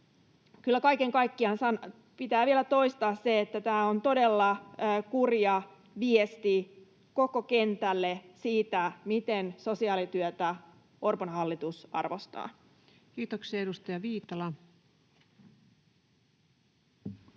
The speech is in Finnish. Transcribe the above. kaiken kaikkiaan pitää vielä toistaa se, että tämä on todella kurja viesti koko kentälle siitä, miten sosiaalityötä Orpon hallitus arvostaa. [Speech 136]